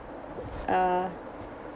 uh